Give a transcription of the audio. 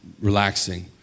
relaxing